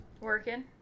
Working